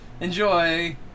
Enjoy